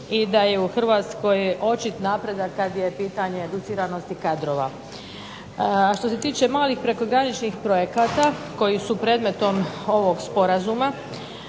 i da je u Hrvatskoj očit napredak kad je pitanje educiranosti kadrova. Što se tiče malih prekograničnih projekata koji su predmetom ovog sporazuma